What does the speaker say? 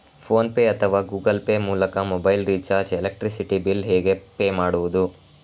Phone pay ಅಥವಾ Google Pay ಮೂಲಕ mobile recharge, electricity bill ಹೇಗೆ ಪೇ ಮಾಡುವುದು?